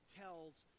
tells